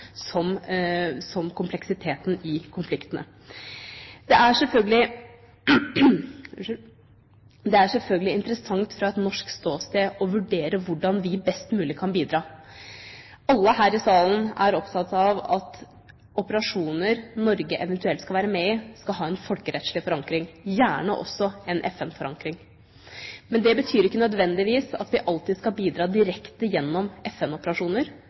som kompleksiteten i konfliktene. Det er selvfølgelig interessant fra et norsk ståsted å vurdere hvordan vi best mulig kan bidra. Alle her i salen er opptatt av at operasjoner Norge eventuelt skal være med i, skal ha en folkerettslig forankring, gjerne også en FN-forankring. Det betyr ikke nødvendigvis at vi alltid skal bidra direkte gjennom